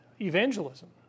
evangelism